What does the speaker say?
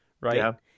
right